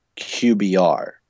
QBR